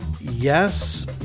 yes